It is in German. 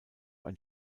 ein